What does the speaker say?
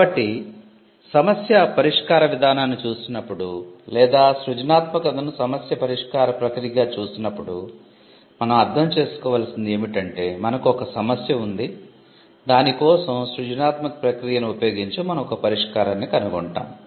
కాబట్టి సమస్య పరిష్కార విధానాన్ని చూసినప్పుడు లేదా సృజనాత్మకతను సమస్య పరిష్కార ప్రక్రియగా చూసినప్పుడు మనం అర్ధం చేసుకోవాల్సింది ఏమిటంటే మనకు ఒక సమస్య ఉంది దాని కోసం సృజనాత్మక ప్రక్రియను ఉపయోగించి మనం ఒక పరిష్కారాన్ని కనుగొంటాము